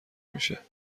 میشه